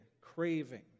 craving